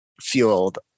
fueled